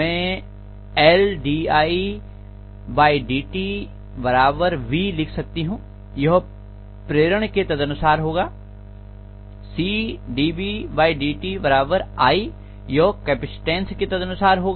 मैं L dIdt v लिख सकती हूं यह प्रेरण के तदनुसार होगा cdvdt i यह कैपेसिटेंस के तदनुसार होगा